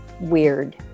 weird